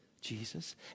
Jesus